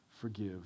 forgive